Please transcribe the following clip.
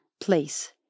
place